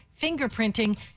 fingerprinting